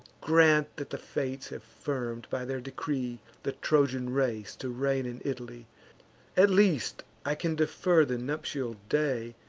grant that the fates have firm'd, by their decree, the trojan race to reign in italy at least i can defer the nuptial day,